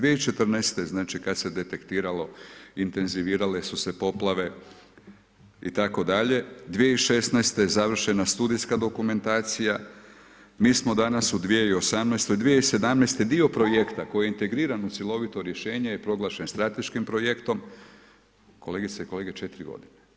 2014., znači kada se detektiralo, intenzivirale su se poplave itd. 2016. završena studijska dokumentacija, mi smo danas u 2018-oj, 2017-te dio projekta koji je integriran u cjelovito rješenje je proglašen strateškim projektom, kolegice i kolege 4 godine.